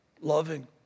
loving